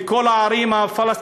לכל הערים הפלסטיניות,